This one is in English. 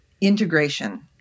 integration